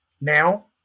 now